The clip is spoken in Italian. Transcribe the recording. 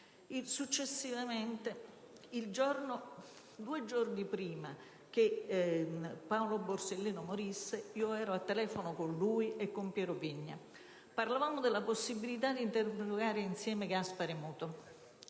Successivamente, due giorni prima che Paolo Borsellino morisse, ero al telefono con lui e con Piero Vigna. Parlavamo della possibilità di interrogare insieme Gaspare Mutolo.